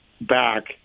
back